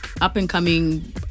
up-and-coming